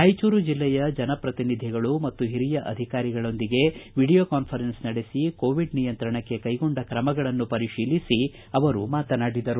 ರಾಯಚೂರು ಜಿಲ್ಲೆಯ ಜನಪ್ರತಿನಿಧಿಗಳು ಮತ್ತು ಹಿರಿಯ ಅಧಿಕಾರಿಗಳೊಂದಿಗೆ ವಿಡಿಯೋ ಕಾನ್ವರೆನ್ಸ್ ನಡೆಸಿ ಕೋವಿಡ್ ನಿಯಂತ್ರಣಕ್ಕೆ ಕೈಗೊಂಡ ಕ್ರಮಗಳನ್ನು ಪರಿಶೀಲಿಸಿ ಅವರು ಮಾತನಾಡಿದರು